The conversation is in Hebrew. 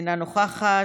אינה נוכחת.